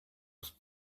was